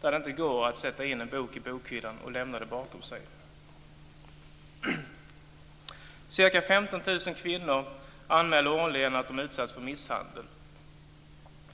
det inte går att ställa in en bok i bokhyllan och lämna det bakom sig. Ca 15 000 kvinnor anmäler årligen att de utsatts för misshandel.